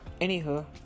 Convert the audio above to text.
anywho